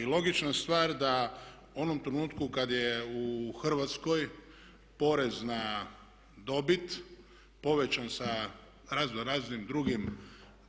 I logična stvar da u onom trenutku kad je u Hrvatskoj porez na dobit povećan sa raznoraznim drugim